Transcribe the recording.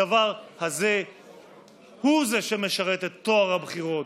הדבר הזה הוא שמשרת את טוהר הבחירות,